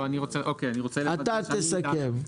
תסכם.